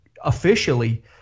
officially